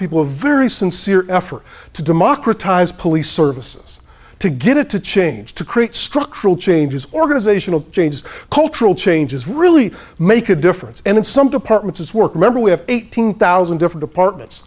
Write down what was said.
people a very sincere effort to democratize police services to get it to change to create structural changes organizational changes cultural changes really make a difference and in some departments as work remember we have eighteen thousand different apartments